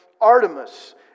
Artemis